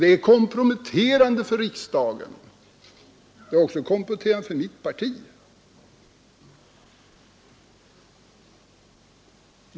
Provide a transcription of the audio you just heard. Det är komprometterande för riksdagen. Det är också komprometterande för mitt parti.